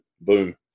boom